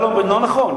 לא נכון.